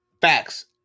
Facts